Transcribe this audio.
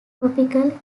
topical